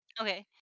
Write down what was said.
Okay